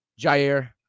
Jair